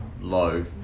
low